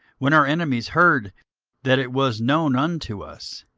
when our enemies heard that it was known unto us,